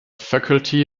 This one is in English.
faculty